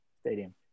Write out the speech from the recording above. stadium